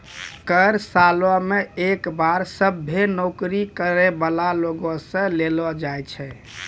कर सालो मे एक बार सभ्भे नौकरी करै बाला लोगो से लेलो जाय छै